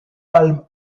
palm